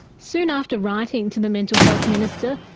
soon after writing to the mental health minister,